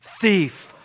thief